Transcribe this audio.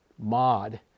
mod